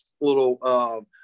little, –